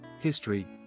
History